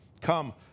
Come